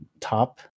top